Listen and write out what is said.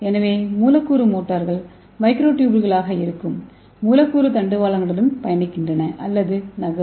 எனவே மூலக்கூறு மோட்டார்கள் மைக்ரோடூபூல்களாக இருக்கும் மூலக்கூறு தண்டவாளங்களுடன் பயணிக்கின்றன அல்லது நகரும்